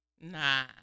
Nah